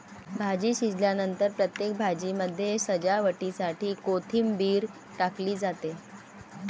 भाजी शिजल्यानंतर प्रत्येक भाजीमध्ये सजावटीसाठी कोथिंबीर टाकली जाते